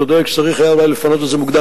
הרי מה שקרה בבריכת-רם לא קרה בבת אחת.